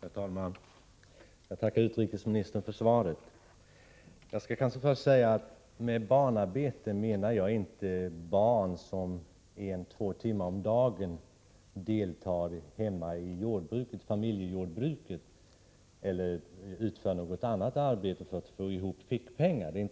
Herr talman! Jag tackar utrikesministern för svaret. Jag skall kanske först säga att jag med barnarbete inte menar att barn en eller två timmar om dagen deltar hemma i familjejordbruket eller utför något arbete för att få ihop fickpengar. Det